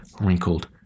wrinkled